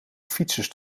fietsers